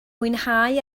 mwynhau